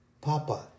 Papa